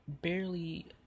barely